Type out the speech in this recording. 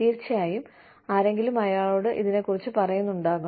തീർച്ചയായും ആരെങ്കിലും അയാളോട് ഇതിനെക്കുറിച്ച് പറയുന്നുണ്ടാകണം